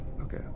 okay